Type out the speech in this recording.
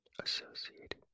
associated